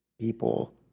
people